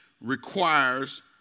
requires